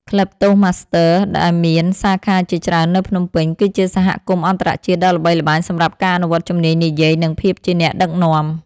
ក្លឹបតូស្ដម៉ាស្ទ័រ ដែលមានសាខាជាច្រើននៅភ្នំពេញ គឺជាសហគមន៍អន្តរជាតិដ៏ល្បីល្បាញសម្រាប់ការអនុវត្តជំនាញនិយាយ និងភាពជាអ្នកដឹកនាំ។